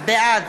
בעד